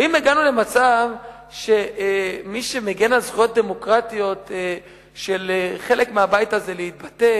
ואם הגענו למצב שמי שמגן על זכויות דמוקרטיות של חלק מהבית הזה להתבטא